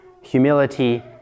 Humility